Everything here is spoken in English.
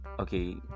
Okay